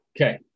Okay